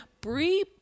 Brie